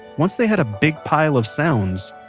once they had a big pile of sounds,